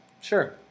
sure